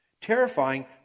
Terrifying